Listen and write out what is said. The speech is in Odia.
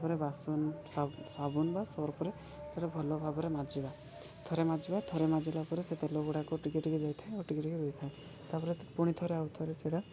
ତା'ପରେ ବାସନ ସାବୁନ ବା ସର୍ପରେ ସେଇଟା ଭଲ ଭାବରେ ମାଜିବା ଥରେ ମାଜିବା ଥରେ ମାଜିଲା ପରେ ସେ ତେଲ ଗୁଡ଼ାକ ଟିକେ ଟିକେ ଯାଇଥାଏ ଓ ଟିକେ ଟିକେ ରହିଥାଏ ତା'ପରେ ପୁଣି ଥରେ ଆଉ ଥରେ ସେଇଟା